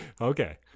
Okay